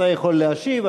אתה יכול להשיב,